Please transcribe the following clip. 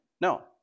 No